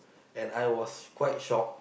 and I was quite shock